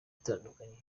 itandukanye